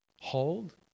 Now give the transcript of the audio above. hold